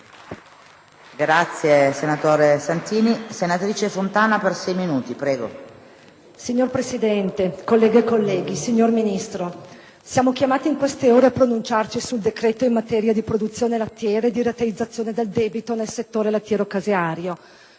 link apre una nuova finestra") *(PD)*. Signora Presidente, colleghe e colleghi, signor Ministro, siamo chiamati in queste ore a pronunciarci sul decreto in materia di produzione lattiera e di rateizzazione del debito nel settore lattiero-caseario,